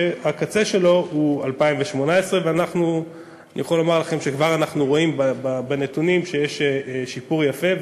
שהקצה שלו הוא 2018. כבר אנחנו רואים בנתונים שיש שיפור יפה,